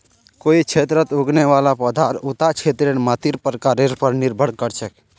कोई क्षेत्रत उगने वाला पौधार उता क्षेत्रेर मातीर प्रकारेर पर निर्भर कर छेक